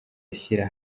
ashyira